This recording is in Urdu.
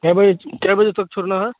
کے بجے کے بجے تک چھورنا ہے